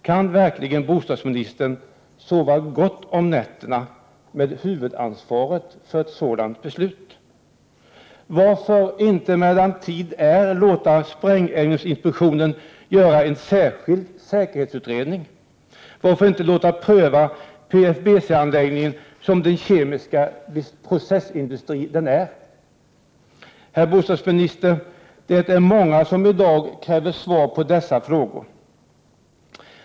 Kan verkligen bostadsministern sova gott om nätterna med huvudansvaret för ett sådant beslut? Varför inte medan tid är låta sprängämnesinspektionen göra en särskild säkerhetsutredning? Varför inte låta pröva PFBC-anläggningen som den kemiska processindustri den är? Herr bostadsminister, det är många som i dag kräver svar på dessa frågor.